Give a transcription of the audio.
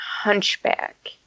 Hunchback